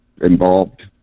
involved